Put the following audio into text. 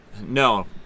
No